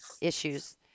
issues